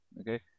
okay